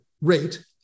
rate